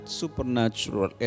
supernatural